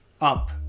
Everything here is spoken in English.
up